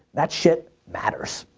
that shit matters.